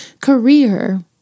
career